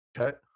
okay